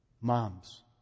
Moms